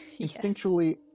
instinctually